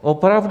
Opravdu?